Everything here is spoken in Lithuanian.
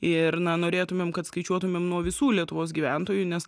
ir na norėtumėm kad skaičiuotumėm nuo visų lietuvos gyventojų nes